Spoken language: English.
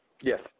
Yes